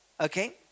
Okay